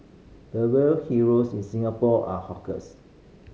the real heroes in Singapore are hawkers